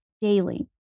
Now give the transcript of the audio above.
daily